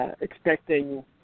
expecting